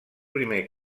primer